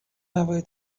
هوای